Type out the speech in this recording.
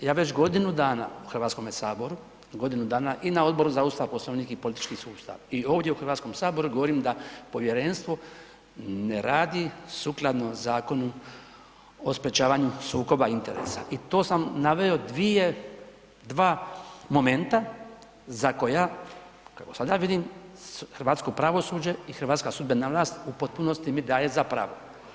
Ja već godinu dana u HS-u, godinu dana i na Odboru za Ustav, Poslovnik i politički sustav i ovdje u HS-u govorim da Povjerenstvo ne radi sukladno Zakonu o sprječavanju sukoba interesa i to sam naveo dvije, dva momenta za koja, kako sada vidim, hrvatsko pravosuđe i hrvatska sudbena vlast u potpunosti mi daje za pravo.